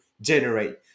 generate